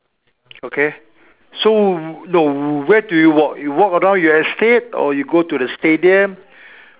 okay so no where do you walk you walk around your estate or you go to the stadium